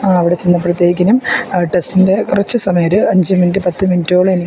അവിടെ ചെന്നപ്പോഴത്തേക്കും ടെസ്റ്റിൻ്റെ കുറച്ചു സമയം ഒരു അഞ്ച് മിനിറ്റ് പത്ത് മിനിറ്റോളം എനിക്ക്